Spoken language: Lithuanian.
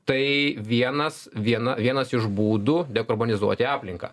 tai vienas viena vienas iš būdų dekarbonizuoti aplinką